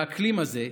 האקלים הזה,